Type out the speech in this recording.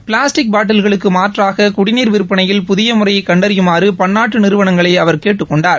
plastic பாட்டீல்களுக்கு மாற்றாக குடிநீர் விற்பனையில் புதிய முறையை கண்டறியுமாறு பன்னாட்டு நிறுவனங்களை அவர் கேட்டுக் கொண்டார்